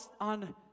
on